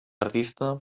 artista